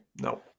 no